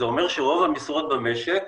זה אומר שרוב המשרות במשק